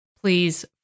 please